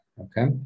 okay